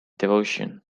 devotion